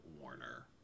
Warner